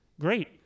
great